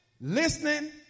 listening